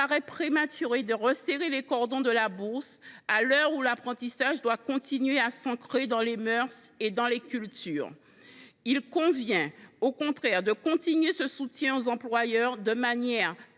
paraît prématuré de resserrer les cordons de la bourse, à l’heure où l’apprentissage doit continuer à s’ancrer dans les mœurs et dans les cultures. Il convient au contraire de continuer de soutenir les employeurs de manière